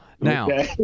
now